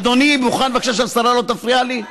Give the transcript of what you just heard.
אדוני מוכן בבקשה שהשרה לא תפריע לי?